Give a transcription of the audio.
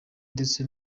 ndetse